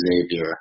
Xavier